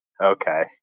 okay